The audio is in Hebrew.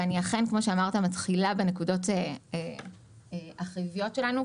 ואני אכן מתחילה בנקודות החיוביות שלנו,